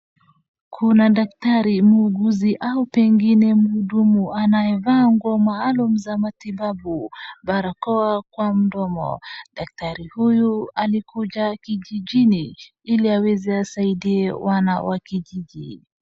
Kuna daktari, muuguzi au pengine mhudumu anayevaa nguo maalum za matibabu, barakoa kwa mdomo. Daktari huyu alikuja kijijini ili aweze asaidie wana wa kijiji.